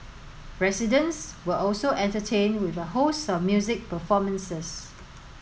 residents were also entertained with a host of music performances